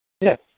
Yes